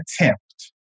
attempt